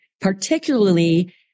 particularly